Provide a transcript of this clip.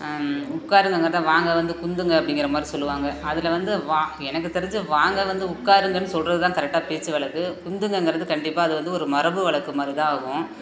உட்காருங்ககிறத வாங்க வந்து குந்துங்கள் அப்படிங்கிற மாதிரி சொல்லுவாங்க அதில் வந்து வா எனக்கு தெரிஞ்சு வாங்க வந்து உட்காருங்கனு சொல்லுறது தான் கரெக்டாக பேச்சு வளக்கு குந்துங்ககிறது கண்டிப்பாக அது வந்து ஒரு மரபு வழக்கு மாதிரி தான் ஆகும்